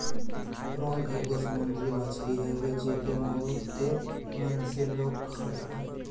prawn एगो समुंदरी मछरी हवे जेके बहुते मन से लोग खात हवे